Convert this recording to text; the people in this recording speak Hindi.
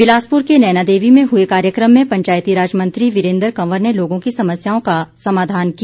बिलासपुर के नैनादेवी में हुए कार्यक्रम में पंचायती राज मंत्री वीरेन्द्र कंवर ने लोगों की समस्याओं का समाधान किया